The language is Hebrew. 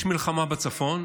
יש מלחמה בצפון,